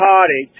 Party